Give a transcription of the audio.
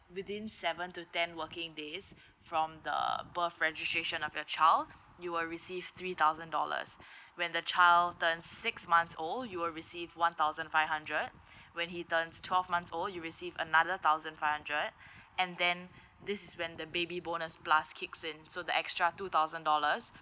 within seven to ten working days from the birth registration of your child you will receive three thousand dollars when the child turns six months old you will receive one thousand five hundred when he turns twelve months old you receive another thousand five hundred and then this is when the baby bonus plus kicks in so the extra two thousand dollars